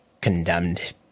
condemned